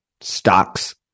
stocks